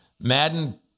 Madden